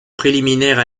préliminaire